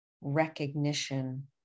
recognition